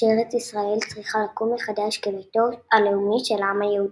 שארץ ישראל צריכה לקום מחדש כביתו הלאומי של העם היהודי".